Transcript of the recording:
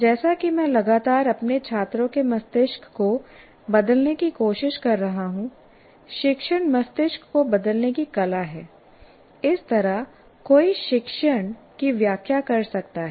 जैसा कि मैं लगातार अपने छात्रों के मस्तिष्क को बदलने की कोशिश कर रहा हूं शिक्षण मस्तिष्क को बदलने की कला है इस तरह कोई शिक्षण की व्याख्या कर सकता है